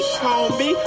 homie